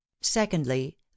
secondly